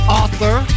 author